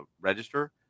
register